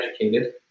educated